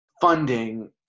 funding